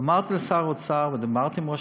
ואמרתי לשר האוצר, ודיברתי עם ראש